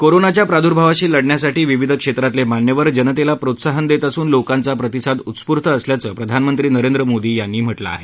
कोरोनाच्या प्रादुर्भावाशी लढण्यासाठी विविध क्षेत्रातले मान्यवर जनतेला प्रोत्साहन देत असून लोकांचा प्रतिसाद उस्फुर्त असल्याचं प्रधानमंत्री नरेंद्र मोदी यांनी म्हटलं आहे